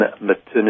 Maternity